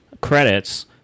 credits